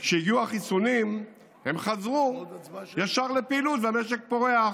כשהגיעו החיסונים הם חזרו ישר לפעילות והמשק פורח.